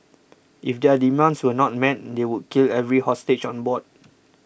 if their demands were not met they would kill every hostage on board